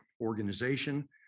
organization